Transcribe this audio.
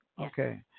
okay